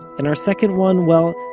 and our second one, well,